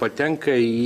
patenka į